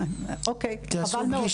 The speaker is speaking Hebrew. אוקיי, חבל מאוד.